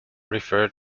referred